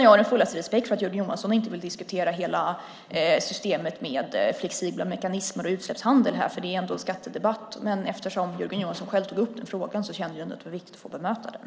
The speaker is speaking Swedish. Jag har full respekt för att Jörgen Johansson inte vill diskutera hela systemet med flexibla mekanismer och utsläppshandel här eftersom det är en skattedebatt. Men Jörgen Johansson tog själv upp frågan och då kändes det viktigt att bemöta den.